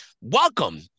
Welcome